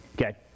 Okay